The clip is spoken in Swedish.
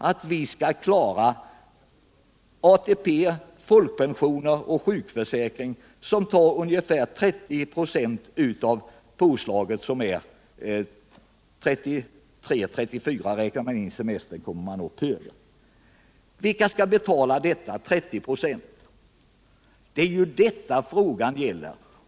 ATP, folkpension och sjukförsäkring betyder ungefär 30 96 av lönekostnaden — räknar man in semestern kommer man upp högre. Vilka menar Sten Svensson skall betala detta? Det är ju vad frågan gäller.